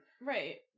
Right